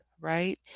right